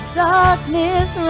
darkness